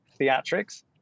theatrics